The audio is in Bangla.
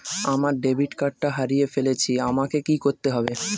আমার ডেবিট কার্ডটা হারিয়ে ফেলেছি আমাকে কি করতে হবে?